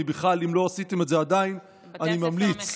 אם לא עשיתם את זה עדיין, בתי הספר המכילים.